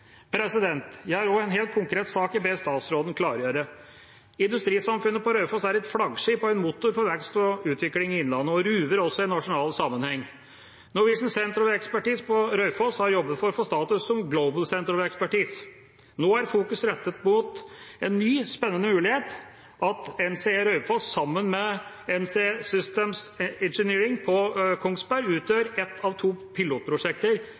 Jeg har også en helt konkret sak jeg ber statsråden klargjøre. Industrisamfunnet på Raufoss er et flaggskip og en motor for vekst og utvikling i innlandet og ruver også i nasjonal sammenheng. Norwegian Center of Expertise på Raufoss har jobbet for å få status som Global Center of Expertise. Nå er fokuset rettet mot en ny spennende mulighet, at NCE Raufoss sammen med NCE Systems Engineering på Kongsberg utgjør ett av to pilotprosjekter